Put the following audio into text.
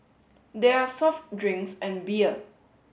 there are soft drinks and beer